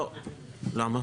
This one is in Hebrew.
למה?